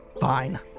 Fine